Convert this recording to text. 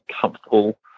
comfortable